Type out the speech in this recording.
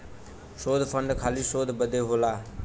शोध फंड खाली शोध बदे होला